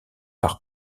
par